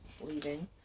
leaving